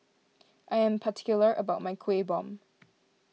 I am particular about my Kuih Bom